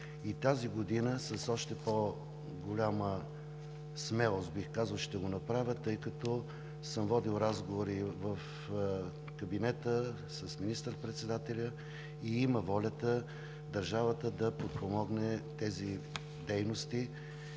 Тази година с още по-голяма смелост бих казал, че ще го направя, тъй като съм водил разговори в Кабинета с министър-председателя и държавата има волята да подпомогне тези дейности